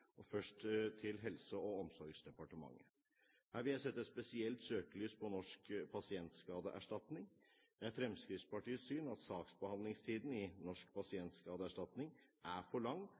og først til Helse- og omsorgsdepartementet. Her vil jeg sette et spesielt søkelys på Norsk pasientskadeerstatning. Det er Fremskrittspartiets syn at saksbehandlingstiden i Norsk pasientskadeerstatning er for lang,